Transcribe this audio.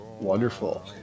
Wonderful